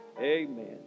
Amen